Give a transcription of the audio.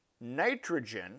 nitrogen